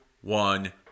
one –